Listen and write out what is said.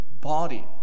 body